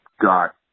got